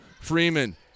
Freeman